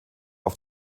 auf